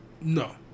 No